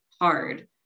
hard